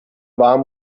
warm